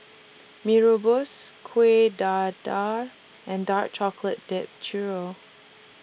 Mee Rebus Kuih Dadar and Dark Chocolate Dipped Churro